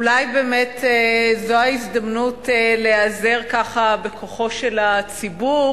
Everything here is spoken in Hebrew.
אולי באמת זאת ההזדמנות להיעזר בכוחו של הציבור